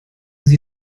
sie